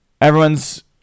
everyone's